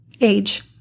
Age